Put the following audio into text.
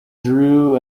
drew